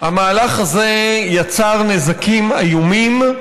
המהלך הזה יצר נזקים איומים,